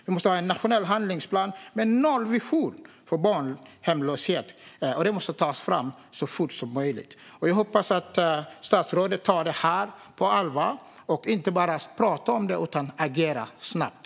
Vi måste också ha en nationell handlingsplan med nollvision för barnhemlöshet, och den måste tas fram så fort som möjligt. Jag hoppas att statsrådet tar detta på allvar och inte bara pratar om det utan agerar, snabbt.